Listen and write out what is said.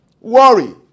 worry